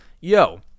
yo